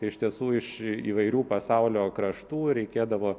iš tiesų iš įvairių pasaulio kraštų reikėdavo